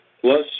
plus